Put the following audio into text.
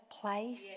place